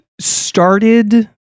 started